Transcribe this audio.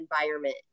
environment